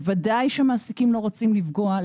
בוודאי שמעסיקים לא רוצים לפגוע,